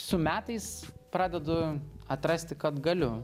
su metais pradedu atrasti kad galiu